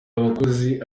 abakozi